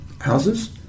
houses